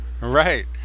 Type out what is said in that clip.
right